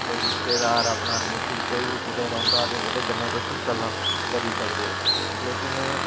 कोई रिश्तेदार अपना रिलेटिव कोई बी कुतै रौंह्दा ते ओह्दे कन्नै तुस गल्लां करी सकदे ओह् लेकिन